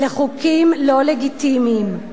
אלה חוקים לא לגיטימיים.